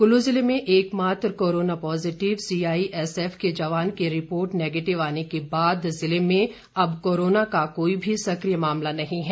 कुल्लू जिले में एक मात्र कोरोना पॉजिटिव सीआईएसएफ के जवान की रिपोर्ट नेगेटिव आने के बाद जिले में अब कोरोना का कोई भी सक्रिय मामला नहीं है